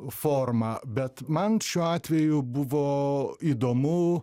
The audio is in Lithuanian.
forma bet man šiuo atveju buvo įdomu